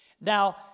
Now